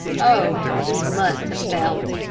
oh, how he must have felt!